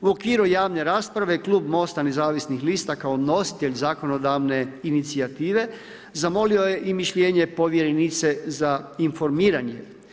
U okviru javne rasprave klub Most-a nezavisnih lista kao nositelj zakonodavne inicijative zamolio je i mišljenje povjerenice za informiranje.